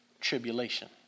Tribulation